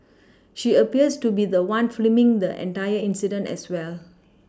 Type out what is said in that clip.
she appears to be the one filming the entire incident as well